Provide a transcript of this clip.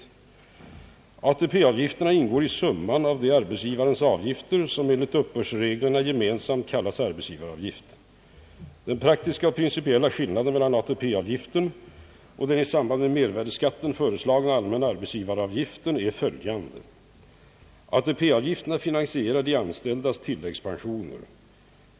ATP-avgifterna ingår i summan av de arbetsgivarens avgifter som enligt uppbördsreglerna gemensamt kallas arbetsgivaravgift. Den praktiska och principiella skillnaden mellan ATP-avgiften och den i samband med mervärdeskatten föreslagna allmänna arbetsgivaravgiften är följande. ATP-avgifterna finansierar de anställdas tillläggspensioner.